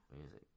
Music